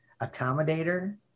accommodator